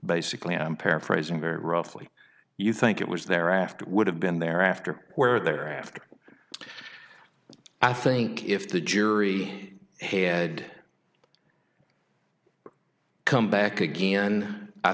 basically i'm paraphrasing very roughly you think it was there after would have been there after where there after i think if the jury had come back again i